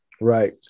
Right